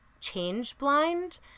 change-blind